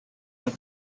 have